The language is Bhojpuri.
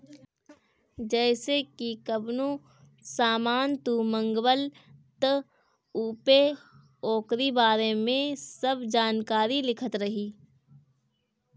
जइसे की कवनो सामान तू मंगवल त ओपे ओकरी बारे में सब जानकारी लिखल रहि